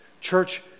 Church